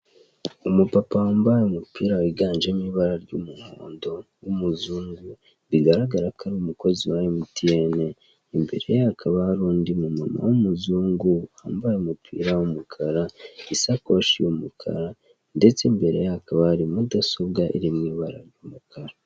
Umupapa wambaye umupira wiganjemo ibara ry'umuhondo w'umuzungu, bigaragara ko ari umukozi wa MTN, imbere hakaba hari undi mumuntu w'umuzungu wambaye umupira w'umukara, isakoshi y'umukara ndetse imbere hakaba hari Mudasobwa iri mu ibara ry'umukara.